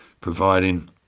providing